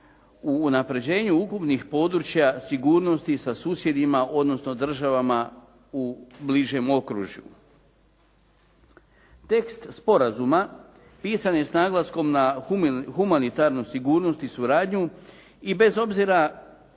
u unapređenju ukupnih područja sigurnosti sa susjedima, odnosno državama u bližem okružju. Tekst sporazuma pisan je s naglaskom na humanitarnu sigurnost i suradnju i bez obzira ne